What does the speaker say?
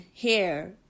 hair